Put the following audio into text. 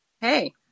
Hey